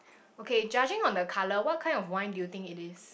okay judging on the colour what kind of wine do you think it is